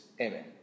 Amen